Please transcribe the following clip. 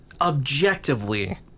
objectively